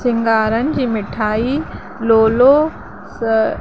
सिंघारनि जी मिठाई लोलो स